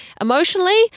Emotionally